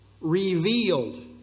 revealed